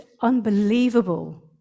unbelievable